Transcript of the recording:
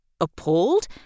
Appalled